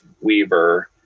weaver